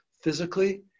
Physically